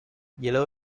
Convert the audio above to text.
yellow